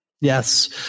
Yes